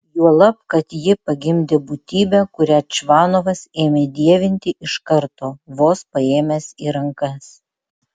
juolab kad ji pagimdė būtybę kurią čvanovas ėmė dievinti iš karto vos paėmęs į rankas